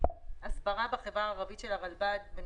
הסברה של הרלב"ד בחברה הערבית בנושא